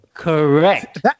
Correct